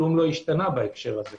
דבר לא השתנה בעניין הזה.